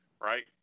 right